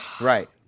Right